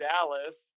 Dallas